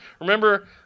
Remember